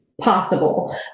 possible